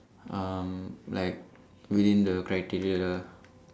um like within the criteria lah